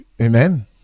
Amen